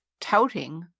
touting